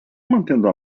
mantendo